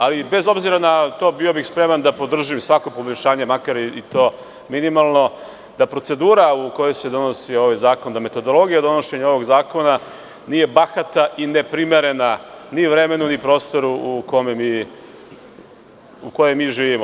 Ali, bez obzira na to, bio bih spreman da podržim svako poboljšanje, makar i to minimalno, da procedura u kojoj se donosi ovaj zakon, da metodologija donošenja ovog zakona nije bahata i neprimerena ni vremenu, ni prostoru u kojem živimo.